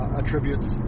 attributes